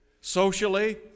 socially